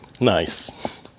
Nice